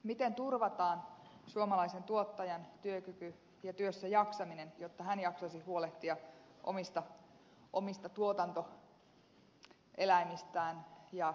miten turvataan suomalaisen tuottajan työkyky ja työssä jaksaminen jotta hän jaksaisi huolehtia omista tuotantoeläimistään ja tilastaan